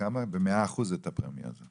ב-100% את הפרמיה הזאת.